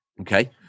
Okay